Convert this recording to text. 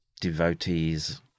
devotees